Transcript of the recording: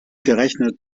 gerechnet